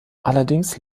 allerdings